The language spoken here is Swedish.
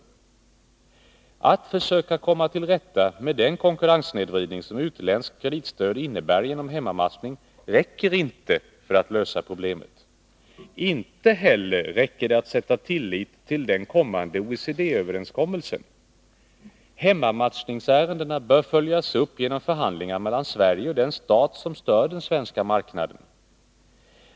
Att genom hemmamatchning försöka komma till rätta med den konkurrenssnedvridning som utländskt kreditstöd innebär räcker inte för att lösa problemet. Inte heller räcker det att sätta sin tillit till den kommande OECD-överenskommelsen. Hemmamatchningsärendena bör följas upp genom förhandlingar mellan Sverige och den stat som stör den svenska marknaden.